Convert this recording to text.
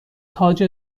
تاج